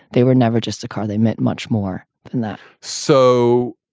they were never just a car. they meant much more than that so.